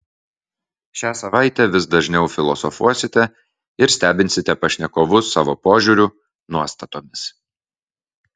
šią savaitę vis dažniau filosofuosite ir stebinsite pašnekovus savo požiūriu nuostatomis